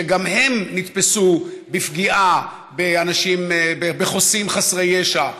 שגם הם נתפסו בפגיעה בחוסים חסרי ישע,